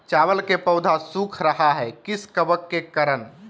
चावल का पौधा सुख रहा है किस कबक के करण?